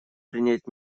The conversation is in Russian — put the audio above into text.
принять